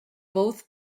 both